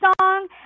song